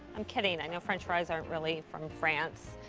i'm kidding. i know french fries aren't really from france.